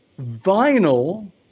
vinyl